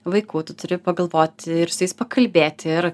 vaikų tu turi pagalvoti ir su jais pakalbėti ir